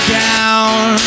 down